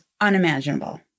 unimaginable